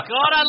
God